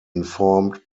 informed